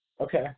Okay